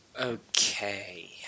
okay